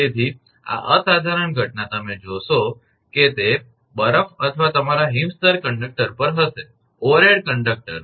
તેથી આ અસાધારણ ઘટના તમે જોશો કે તે બરફ અથવા તમારા હિમ સ્તર કંડક્ટર પર હશે ઓવરહેડ કંડક્ટર પર